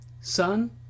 Son